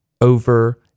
over